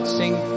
sing